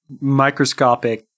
Microscopic